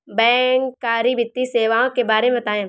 बैंककारी वित्तीय सेवाओं के बारे में बताएँ?